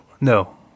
No